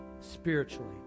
spiritually